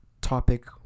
topic